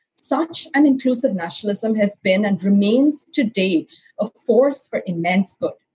such an inclusive nationalism has been and remains today a force for immense good.